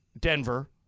Denver